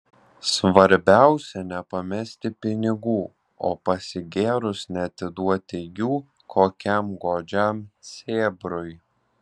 svarbiausia nepamesti pinigų o pasigėrus neatiduoti jų kokiam godžiam sėbrui